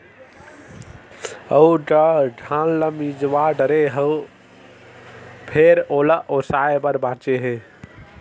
अउ गा धान ल मिजवा डारे हव फेर ओला ओसाय बर बाचे हे